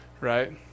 right